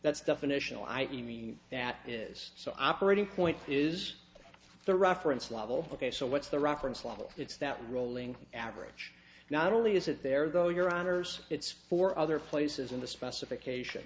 that's definitional i e that is so operating point is the reference level ok so what's the reference level it's that rolling average not only is it there though your honour's it's for other places in the specification